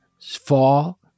fall